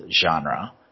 genre